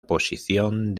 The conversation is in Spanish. posición